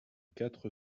quatre